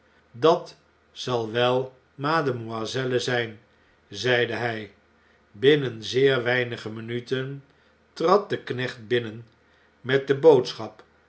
dat zal wel mademoiselle zjjnl zeide mj binnen zeer weinige minuten trad deknecht binnen met de boodschap